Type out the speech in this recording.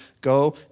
go